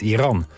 Iran